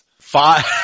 five